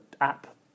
app